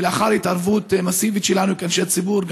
ולאחר התערבות מסיבית שלנו כאנשי ציבור,